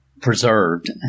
preserved